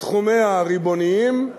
בתחומיה הריבוניים,